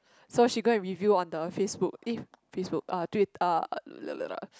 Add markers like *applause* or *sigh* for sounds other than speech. so she go and reveal on the Facebook eh Facebook uh Twit *noise*